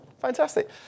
Fantastic